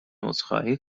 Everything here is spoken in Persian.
عذرخواهی